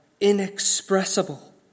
inexpressible